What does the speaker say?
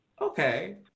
Okay